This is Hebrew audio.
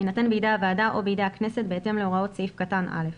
יינתן בידי הוועדה או בידי הכנסת בהתאם להוראות סעיף קטן (א).